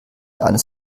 eines